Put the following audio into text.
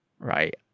right